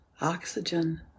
oxygen